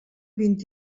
vint